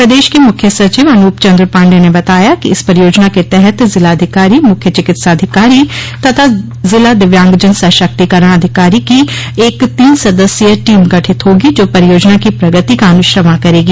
प्रदेश के मुख्य सचिव अनूप चन्द्र पाण्डेय ने बताया कि इस परियोजना के तहत जिलाधिकारी मुख्य चिकित्साधिकारी तथा जिला दिव्यांगजन सशक्तिकरण अधिकारी की एक तीन सदस्यीय टीम गठित होगी जो परियोजना की प्रगति का अनुश्रवण करेगी